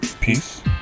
peace